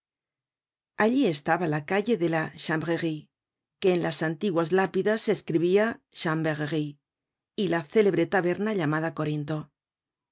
allí estaba la calle de la chanvrerie que en las antiguas lápidas se escribia chanverrerie y la célebre taberna llamada corinto